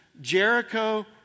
Jericho